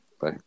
Bye